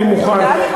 אני מוכן,